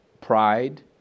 pride